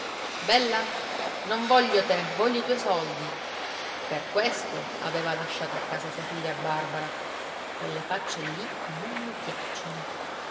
bella non voglio te voglio i tuoi soldi per questo aveva lasciata a casa sua figlia barbara quelle facce lì non mi piacciono